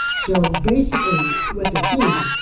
so basically what this means is,